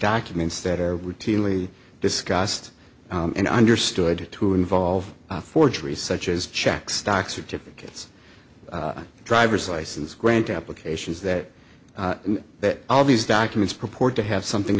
documents that are routinely discussed and understood to involve forgeries such as checks stock certificates driver's license grant applications that that all these documents purport to have something